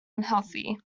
unhealthy